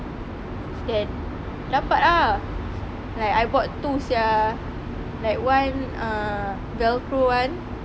can dapat ah like I bought two sia like one ah velcro [one]